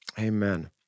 Amen